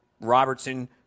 Robertson